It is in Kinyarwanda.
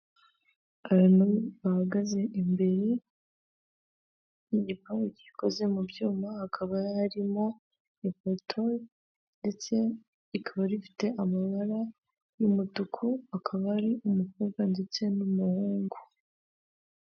Abantu bahagaze imbere y'igipangu gikoze mu byuma akaba harimo lipato ndetse rikaba rifite amabara n'umutuku akaba ari umukobwa ndetse n'umuhungu.